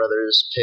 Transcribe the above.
brothers